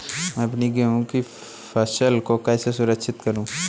मैं अपनी गेहूँ की फसल को कैसे सुरक्षित करूँ?